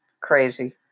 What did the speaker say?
crazy